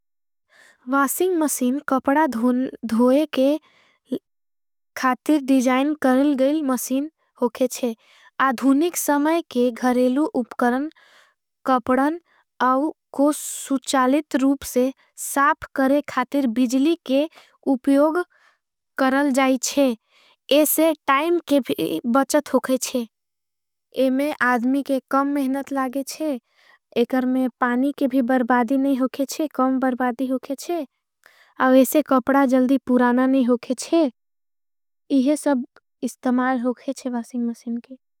Washing machine कपड़ा धोय के खातिर डिजाइन करल गईल मशीन। होके छे अधूनिक समय के घरेलू उपकरन कपड़न अव को सुचालित। रूप से साप करे खातिर बिजली के उपयोग करल जाई छे इसे टाइम। के भी बचत होके छे इमें आदमी के कम मेहनत लागे छे एकर में पानी। के भी बरबादी नहीं होके छे कम बरबादी होके छे और इसे कपड़ा। जल्दी पुराना नहीं होके छे इहे सब इस्तमार होके छे वासिंग मशीन के।